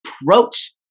approach